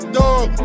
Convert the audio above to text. dog